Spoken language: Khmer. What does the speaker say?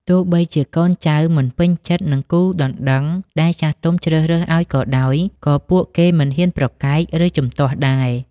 ទោះបីជាកូនចៅមិនពេញចិត្តនឹងគូដណ្តឹងដែលចាស់ទុំជ្រើសរើសឱ្យក៏ដោយ ក៏ពួកគេមិនហ៊ានប្រកែក ឬជំទាស់ដែរ។